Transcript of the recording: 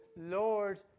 Lord